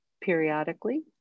periodically